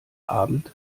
abend